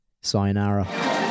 Sayonara